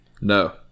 No